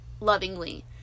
lovingly